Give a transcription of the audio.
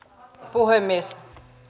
puhemies